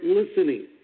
listening